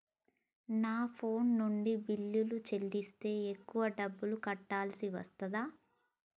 నా ఫోన్ నుండి బిల్లులు చెల్లిస్తే ఎక్కువ డబ్బులు కట్టాల్సి వస్తదా?